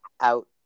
out